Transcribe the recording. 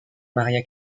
maria